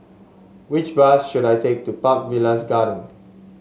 which bus should I take to Park Villas Garden